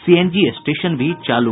CNG station भी चालू